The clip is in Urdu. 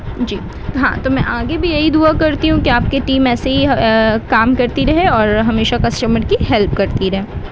جی ہاں تو میں آگے بھی یہی دعا کرتی ہوں کہ آپ کے ٹیم ایسے ہی کام کرتی رہے اور ہمیشہ کسٹمر کی ہیلپ کرتی رہے